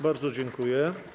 Bardzo dziękuję.